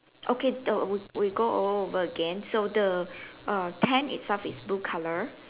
okay the we we go all over again so the err tent itself is blue color